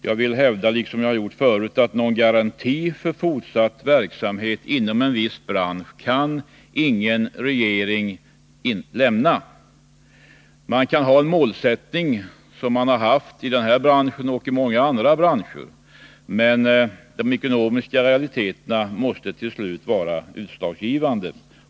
Jag vill hävda, liksom jag gjort förut, att ingen regering kan lämna någon garanti för fortsatt verksamhet inom en viss bransch. Man kan ha en målsättning, som man har haft i denna bransch och i många andra branscher, men de ekonomiska realiteterna måste till slut vara utslagsgivande.